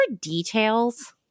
details